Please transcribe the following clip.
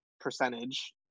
percentage